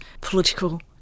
political